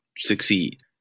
succeed